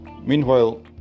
Meanwhile